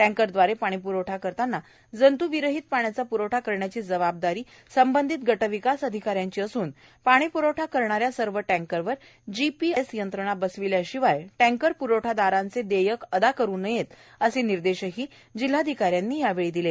टँकरव्दारे पाणीप्रवठा करतांना जंत्विरहित पाण्याचा प्रवठा करण्याची जबाबदारी संबंधित गटविकास अधिकाऱ्यांची असून पाणी प्रवठा करणाऱ्या सर्व टँकरवर जीपीआरएस यंत्रणा बसविल्याशिवाय टँकर प्रवठादारांचे देय्यक अदा करु नयेतए असे निर्देश जिल्हाधिकारी अश्विन मुदगल यांनी यावेळी दिले